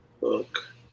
look